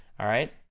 alright?